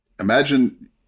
Imagine